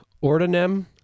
Ordinem